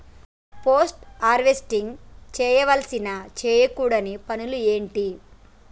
Post harvesting చేయవలసిన చేయకూడని పనులు ఏంటి?